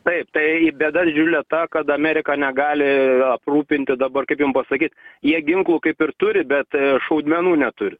taip tai bėda didžiulė ta kad amerika negali aprūpinti dabar kaip jum pasakyt jie ginklų kaip ir turi bet šaudmenų neturi